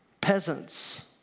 peasants